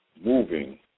moving